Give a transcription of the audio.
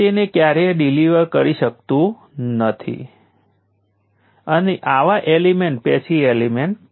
તેથી આપણે શરૂઆતમાં ઔપચારિક રીતે આગળ વધીશું